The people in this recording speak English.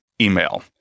email